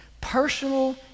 Personal